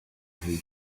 his